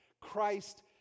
Christ